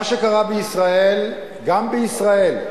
מה שקרה בישראל, גם בישראל,